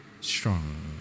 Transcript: strong